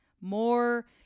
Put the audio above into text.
more